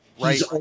Right